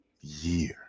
year